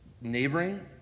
neighboring